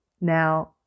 Now